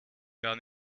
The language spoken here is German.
gar